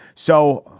so,